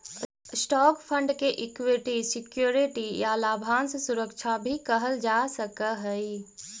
stock fund के equity security या लाभांश सुरक्षा भी कहल जा सकऽ हई